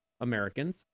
Americans